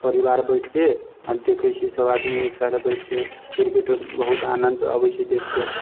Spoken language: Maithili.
परिवार बैठिके आ देखै छियै सभआदमी एक साथ बैठिके क्रिकेट बहुत आनन्द अबै छै देखिके